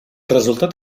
resultat